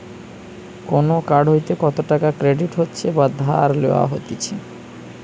কোন কার্ড হইতে কত টাকা ক্রেডিট হচ্ছে বা ধার লেওয়া হতিছে